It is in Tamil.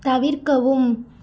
தவிர்க்கவும்